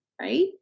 right